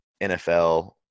NFL